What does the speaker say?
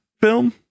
film